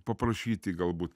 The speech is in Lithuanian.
paprašyti galbūt